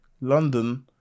London